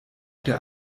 der